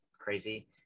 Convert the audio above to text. crazy